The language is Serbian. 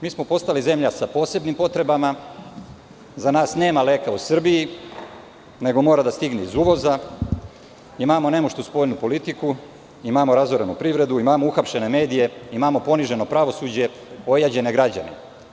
Mi smo postali zemlja sa posebnim potrebama, za nas nema leka u Srbiji, nego mora da stigne iz uvoza, imamo nemuštu spoljnu politiku, imamo razorenu privredu, imamo uhapšene medije, imamo poniženo pravosuđe, ojađene građane.